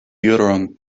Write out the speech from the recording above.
juron